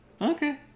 Okay